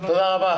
תודה רבה.